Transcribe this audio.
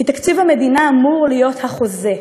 כי תקציב המדינה אמור להיות החוזה,